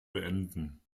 beenden